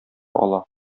ала